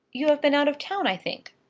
you have been out of town, i think?